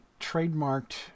trademarked